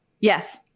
Yes